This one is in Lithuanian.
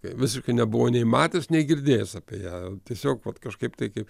visiškai nebuvau nei matęs nei girdėjęs apie ją tiesiog vat kažkaip tai kaip